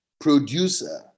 producer